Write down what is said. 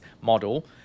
model